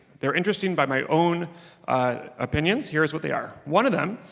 they're interesting by my own opinions, here is what they are. one of them,